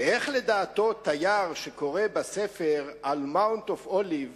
ואיך לדעתו תייר שקורא בספר על Mount of Olives